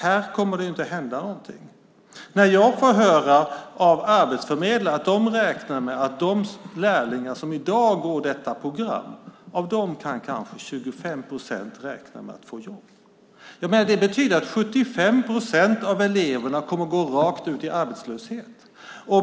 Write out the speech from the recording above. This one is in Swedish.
Här kommer det inte att hända någonting. Jag får höra av arbetsförmedlare att de räknar med att av de lärlingar som i dag går detta program kan kanske 25 procent räkna med att få jobb. Det betyder att 75 procent av eleverna kommer att gå rakt ut i arbetslöshet.